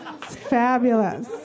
fabulous